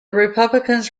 republicans